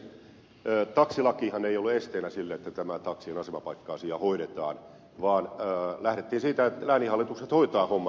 taksilakihan ei ole esteenä sille että tämä taksien asemapaikka asia hoidetaan vaan lähdettiin siitä että lääninhallitukset hoitavat homman